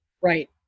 Right